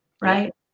right